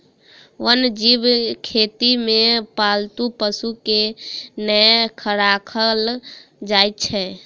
वन्य जीव खेती मे पालतू पशु के नै राखल जाइत छै